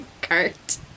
cart